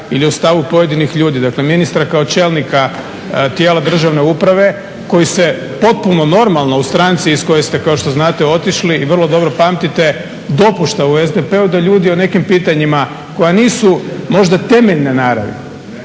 ili o stavu pojedinih ljudi. Dakle, ministra kao čelnika tijela državne uprave koji se potpuno normalno u stranci iz koje ste kao što znate otišli i vrlo dobro pamtite dopušta u SDP-u da ljudi o nekim pitanjima koja nisu možda temeljne naravi